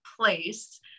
place